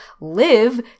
live